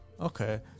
Okay